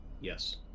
Yes